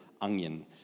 onion